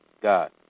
God